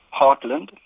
heartland